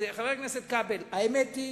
חבר הכנסת כבל, האמת היא